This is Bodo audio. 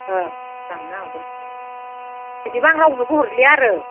लांनो हागोन बिदिबा आं रावनोबो हरलिया आरो